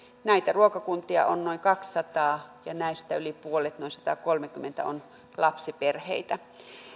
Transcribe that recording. näitä ruokakuntia on noin kaksisataa ja näistä yli puolet noin satakolmekymmentä on lapsiperheitä